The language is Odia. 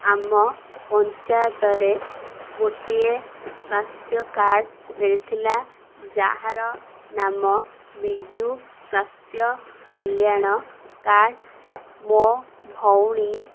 ଆମ ପଞ୍ଚାୟତରେ ଗୋଟିଏ ସ୍ୱାସ୍ଥ୍ୟ କାର୍ଡ଼ ମିଳିଥିଲା ଯାହାର ନାମ ବିଜୁ ସ୍ୱାସ୍ଥ୍ୟ କଲ୍ୟାଣ କାର୍ଡ଼ ମୋ ଭଉଣୀ